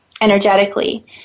energetically